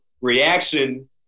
reaction